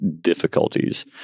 difficulties